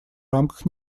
рамках